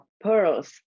pearls